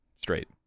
straight